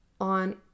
on